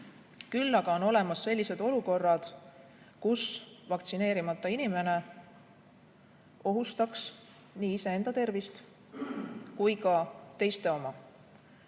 aga on olemas sellised olukorrad, kus vaktsineerimata inimene ohustaks nii iseenda tervist kui ka teiste oma.